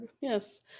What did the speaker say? Yes